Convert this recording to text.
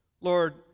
Lord